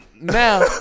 now